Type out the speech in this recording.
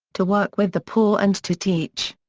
to work with the poor and to teach.